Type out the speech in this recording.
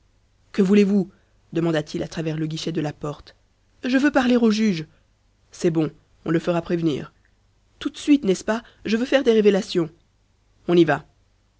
que voulez-vous demanda-t-il à travers le guichet de la porte je veux parler au juge c'est bon on le fera prévenir tout de suite n'est-ce pas je veux faire des révélations on y va